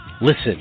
Listen